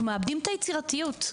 אנחנו מאבדים את היצירתיות.